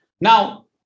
Now